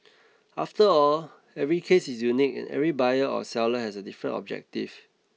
after all every case is unique and every buyer or seller has a different objective